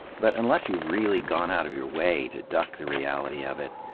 but unless you've really gone out of your way to duck the reality of it,